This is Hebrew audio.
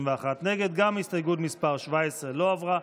גם הסתייגות מס' 17 לא עברה.